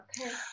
Okay